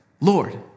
Lord